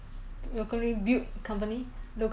创造一个公司英文怎么讲